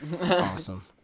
Awesome